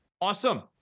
Awesome